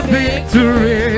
victory